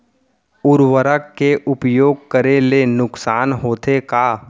उर्वरक के उपयोग करे ले नुकसान होथे का?